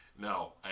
No